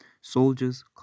Soldiers